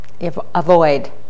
avoid